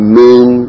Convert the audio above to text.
main